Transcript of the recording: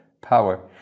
power